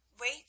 Wait